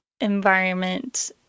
environment